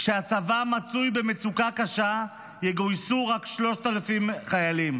כשהצבא מצוי במצוקה קשה, יגויסו רק 3,000 חיילים?"